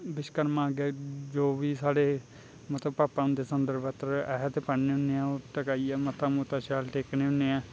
Vishwakarma day जो बी साढ़े पापा होंदे संदर पतर अहें टकाने होन्ने आं ओह् टकाइयै मत्था मुत्था शैल टेकने होन्ने आं